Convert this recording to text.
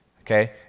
okay